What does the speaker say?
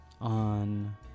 on